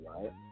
right